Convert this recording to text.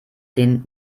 den